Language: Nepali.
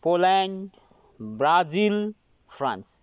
Poland Brazil France